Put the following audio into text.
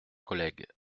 collègues